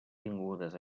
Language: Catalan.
tingudes